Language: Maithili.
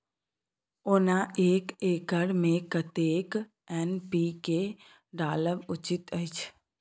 ओना एक एकर मे कतेक एन.पी.के डालब उचित अछि?